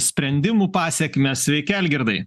sprendimų pasekmes sveiki algirdai